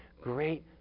great